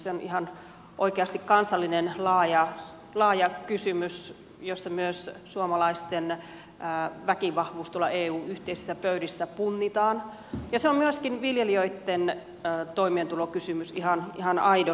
se on ihan oikeasti kansallinen laaja kysymys jossa myös suomalaisten väkivahvuus eun yhteisissä pöydissä punnitaan ja se on myöskin viljelijöitten toimeentulokysymys ihan aidosti